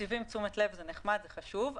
מסבים תשומת לב זה נחמד מאוד, זה חשוב.